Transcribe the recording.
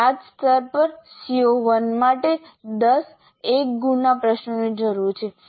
અમને યાદ સ્તર પર CO1 માટે 10 1 ગુણના પ્રશ્નોની જરૂર છે